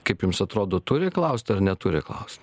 kaip jums atrodo turi klausti ar neturi klausti